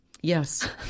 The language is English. Yes